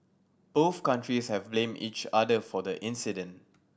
both countries have blamed each other for the incident